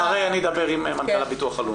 אדבר עם מנכ"ל הביטוח הלאומי.